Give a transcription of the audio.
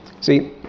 See